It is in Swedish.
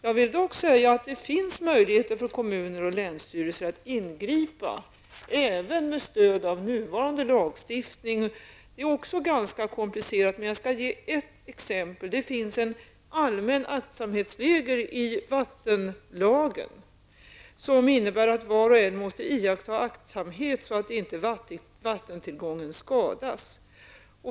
Jag vill dock säga att det finns möjligheter för kommuner och länsstyrelser att ingripa även med stöd av nuvarande lagstiftning. Också detta är ganska komplicerat. Men jag skall ge ett exempel. Det finns i vattenlagen en allmän aktsamhetsregel, som innebär att var och en måste iaktta aktsamhet så att icke vattentillgången skadas.